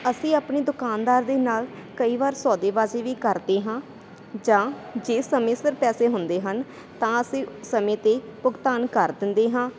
ਅਸੀਂ ਆਪਣੀ ਦੁਕਾਨਦਾਰ ਦੇ ਨਾਲ ਕਈ ਵਾਰ ਸੌਦੇਬਾਜ਼ੀ ਵੀ ਕਰਦੇ ਹਾਂ ਜਾਂ ਜੇ ਸਮੇਂ ਸਿਰ ਪੈਸੇ ਹੁੰਦੇ ਹਨ ਤਾਂ ਅਸੀਂ ਸਮੇਂ 'ਤੇ ਭੁਗਤਾਨ ਕਰ ਦਿੰਦੇ ਹਾਂ